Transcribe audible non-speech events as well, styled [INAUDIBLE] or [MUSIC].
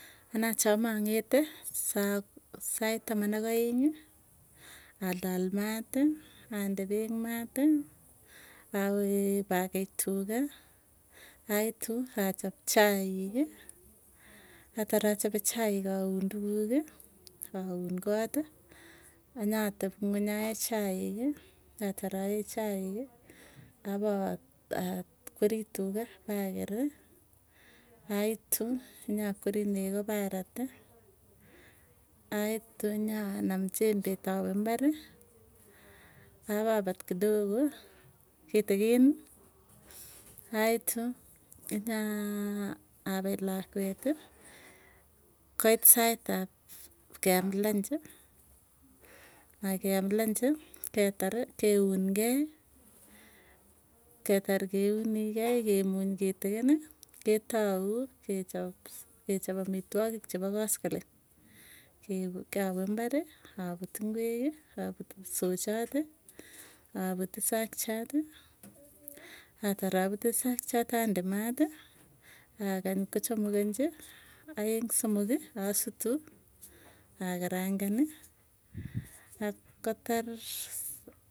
Anee achame ang'ete saa sait taman ak aeng'ii, alal maati ande peek maat awee pakei tuga aitu achap chaiki, atar achape chaiki aun tukuuki, aun kot i anyatepungweny ae chaik. Atar ae chaiki apakwerii tuga pakeri, aitu nyakweri paraati aitu, nyanam jembet, awee mbarii, apapat kidogo kitikin, aitu inyaa apai lakweeti. Koit sait ap keam lunch ketari keunkei ketar keunii kei kemuny kitikini ketau kechop, kechop amitwogik chepo koskolong awee imarii aput ingweki, aput isochoti, aput isakchati atar apute sakchat ande maati. Akany kochamukanchi aeng somoki asutu akarangani [NOISE] kotar.